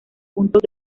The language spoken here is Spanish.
puntos